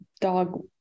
dog